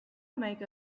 make